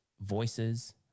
voices